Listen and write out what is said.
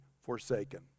forsaken